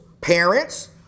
parents